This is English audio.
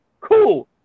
cool